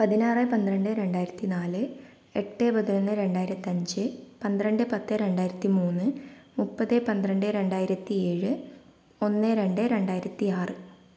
പതിനാറ് പന്ത്രണ്ട് രണ്ടായിരത്തി നാല് എട്ട് പതിനൊന്ന് രണ്ടായിരത്തഞ്ച് പന്ത്രണ്ട് പത്ത് രണ്ടായിരത്തി മൂന്ന് മുപ്പത് പന്ത്രണ്ട് രണ്ടായിരത്തി ഏഴ് ഒന്ന് രണ്ട് രണ്ടായിരത്തി ആറ്